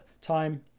time